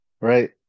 Right